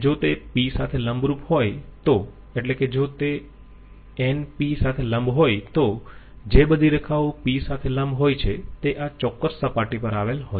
જુઓ કે જો તે p સાથે લંબરૂપ હોય તો એટલે કે જો n p સાથે લંબ હોય તો જે બધી રેખાઓ p સાથે લંબ હોય છે તે આ ચોક્કસ સપાટી પર આવેલ હોય છે